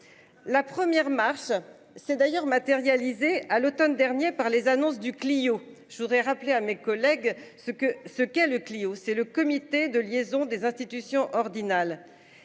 La première mars s'est d'ailleurs matérialisée à l'Automne dernier par les annonces du Clio. Je voudrais rappeler à mes collègues ce que, ce qu'est le Clio c'est le comité de liaison des institution ordinale